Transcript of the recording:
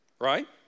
right